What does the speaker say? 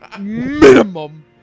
Minimum